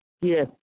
Yes